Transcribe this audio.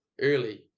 early